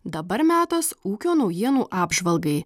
dabar metas ūkio naujienų apžvalgai